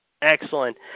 Excellent